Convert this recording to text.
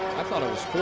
i thought it was